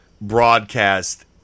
broadcast